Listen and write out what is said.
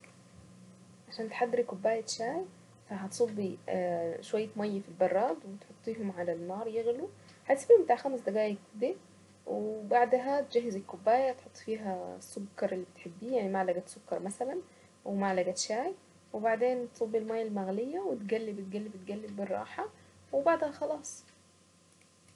عشان تحضري كوباية شاي هتصبي شوية ماية في البراد وتحطيهم على النار يغلوا وهتسيبيهم بتاع خمس دقايق بيض وبعدها تجهزي كوباية تحطي فيها السكر اللي بتحبيه يعني معلقة سكر مثلا ومعلقة شاي وبعدين تصبي الماية المغلية وتقلبي تقلبي تقلب بالراحة وبعدها خلاص.